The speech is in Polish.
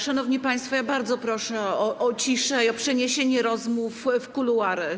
Szanowni państwo, bardzo proszę o ciszę i o przeniesienie rozmów w kuluary.